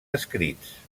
escrits